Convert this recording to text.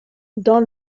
dans